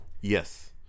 Yes